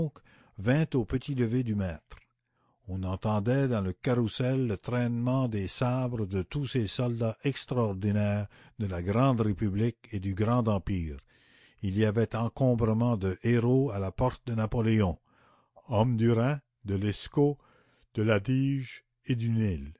vint au petit lever du maître on entendait dans le carrousel le traînement des sabres de tous ces soldats extraordinaires de la grande république et du grand empire il y avait encombrement de héros à la porte de napoléon hommes du rhin de l'escaut de l'adige et du nil